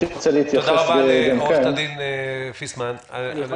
תודה רבה לעורכת הדין פיסמן.